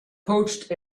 poached